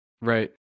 Right